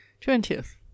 Twentieth